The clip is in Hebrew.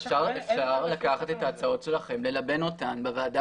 אפשר לקחת את ההצעות שלכם וללבן אותן בוועדה